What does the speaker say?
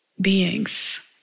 beings